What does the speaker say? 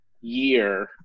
year